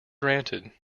granted